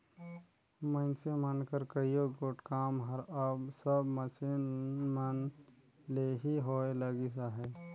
मइनसे मन कर कइयो गोट काम हर अब सब मसीन मन ले ही होए लगिस अहे